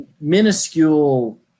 minuscule